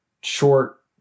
short